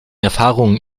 erfahrungen